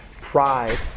pride